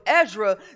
Ezra